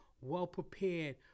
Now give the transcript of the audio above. well-prepared